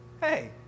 Hey